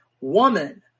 Woman